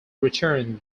return